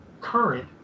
current